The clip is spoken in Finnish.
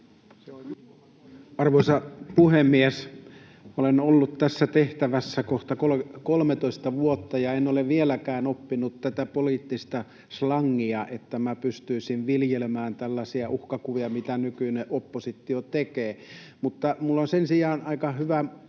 Arvoisa puhemies! Olen ollut tässä tehtävässä kohta 13 vuotta enkä ole vieläkään oppinut tätä poliittista slangia, että pystyisin viljelemään tällaisia uhkakuvia, mitä nykyinen oppositio tekee. Mutta minulla on sen sijaan aika hyvä